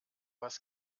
was